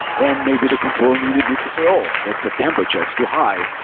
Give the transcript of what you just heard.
then maybe the control needed needs to say, oh! that's a temperature. it's too high.